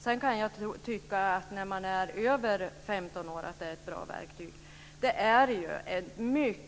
Sedan kan jag tycka att det är ett bra verktyg när det gäller ungdomar som är över 15 år.